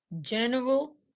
general